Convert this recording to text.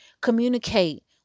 communicate